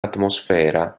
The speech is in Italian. atmosfera